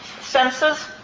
senses